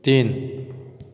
तीन